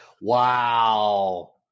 wow